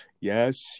Yes